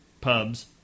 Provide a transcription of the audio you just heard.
pubs